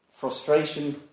frustration